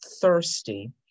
thirsty